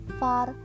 far